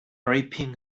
ripping